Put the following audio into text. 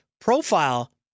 profile